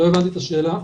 על סמך מה?